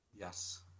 Yes